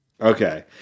Okay